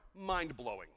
mind-blowing